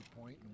point